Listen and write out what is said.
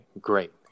great